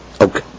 Okay